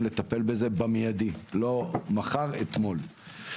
לטפל בזה במיידי לא מחר אתמול.